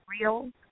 real